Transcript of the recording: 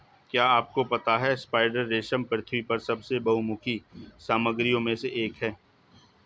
क्या आपको पता है स्पाइडर रेशम पृथ्वी पर सबसे बहुमुखी सामग्रियों में से एक है?